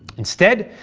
instead,